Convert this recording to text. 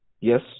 yes